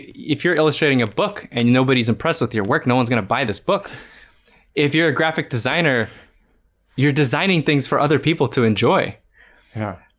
if you're illustrating a book and nobody's impressed with your work. no one's gonna buy this book if you're a graphic designer you're designing things for other people to enjoy yeah,